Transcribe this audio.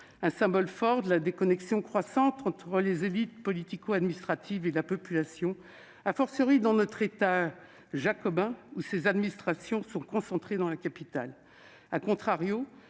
un symbole fort de la déconnexion croissante entre les élites politico-administratives et la population, dans notre État jacobin, dans lequel ces administrations sont concentrées dans la capitale., rendre